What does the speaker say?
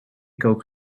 kook